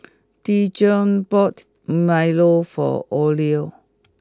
Dijon bought milo for Ole